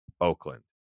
Oakland